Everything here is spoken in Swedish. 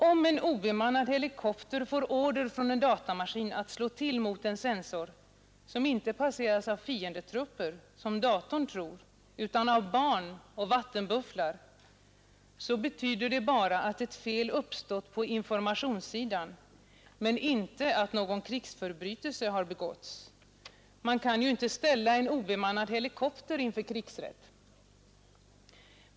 Om en obemannad helikopter får order från en datamaskin. att slå till mot en sensor som inte passeras av fiendetrupper, som datorn tror, utan av barn och vattenbufflar, så betyder det bara att ett fel uppstått på informationssidan men inte att någon krigsförbrytelse har begåtts; man kan ju inte ställa en obemannad helikopter inför krigsrätt.